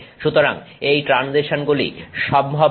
সুতরাং এই ট্রানজিশনগুলি সম্ভব হবে